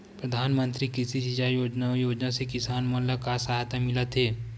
प्रधान मंतरी कृषि सिंचाई योजना अउ योजना से किसान मन ला का सहायता मिलत हे?